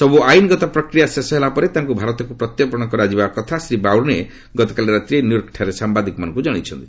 ସବୁ ଆଇନ୍ଗତ ପ୍ରକ୍ରିୟା ଶେଷ ହେଲା ପରେ ତାଙ୍କୁ ଭାରତକୁ ପ୍ରତ୍ୟର୍ପଣ କରାଯିବା କଥା ଶ୍ରୀ ବ୍ରାଉନେ ଗତକାଲି ରାତିରେ ନ୍ୟୁୟର୍କଠାରେ ସାମ୍ବାଦିକମାନଙ୍କୁ ଜଣାଇଛନ୍ତି